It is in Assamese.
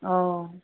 অঁ